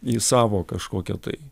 į savo kažkokią tai